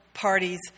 parties